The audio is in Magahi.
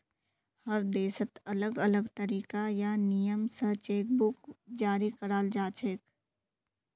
हर देशत अलग अलग तरीका या नियम स चेक बुक जारी कराल जाछेक